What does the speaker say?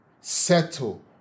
Settle